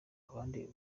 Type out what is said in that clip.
abandi